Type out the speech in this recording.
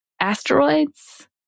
asteroids